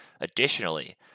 Additionally